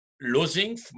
losing